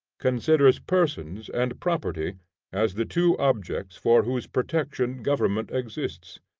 considers persons and property as the two objects for whose protection government exists.